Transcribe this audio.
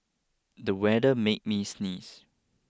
the weather made me sneeze